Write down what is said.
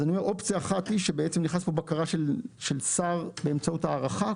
אז אופציה אחת היא שבעצם תיכנס פה בקרה של שר באמצעות הארכה.